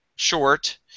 short